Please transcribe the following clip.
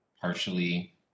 partially